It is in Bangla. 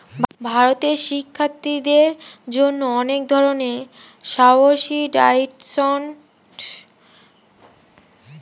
ভারতে শিক্ষার্থীদের জন্য অনেক ধরনের সাবসিডাইসড লোন বা ভর্তুকিযুক্ত ঋণ দেওয়া হয়